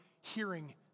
hearing